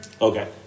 Okay